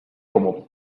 como